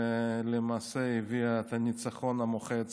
ולמעשה הביאה את הניצחון המוחץ